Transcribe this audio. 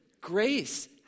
grace